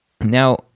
Now